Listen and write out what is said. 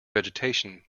vegetation